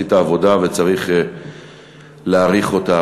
עשית עבודה וצריך להעריך אותה.